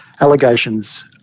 allegations